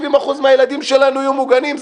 70% מהילדים שלנו יהיו מוגנים,